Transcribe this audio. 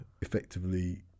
effectively